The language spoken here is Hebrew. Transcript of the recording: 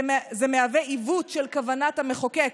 זה מהווה עיוות של כוונת המחוקק,